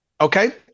Okay